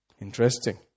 Interesting